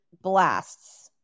blasts